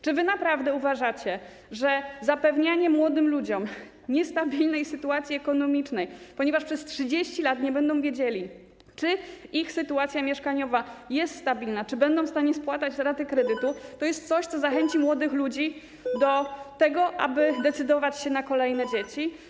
Czy wy naprawdę uważacie, że zapewnianie tego młodym ludziom w niestabilnej sytuacji ekonomicznej, ponieważ przez 30 lat nie będą wiedzieli, czy ich sytuacja mieszkaniowa jest stabilna, czy będą w stanie spłacać raty kredytu, to jest coś, co zachęci młodych ludzi do tego, aby decydować się na kolejne dzieci?